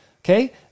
Okay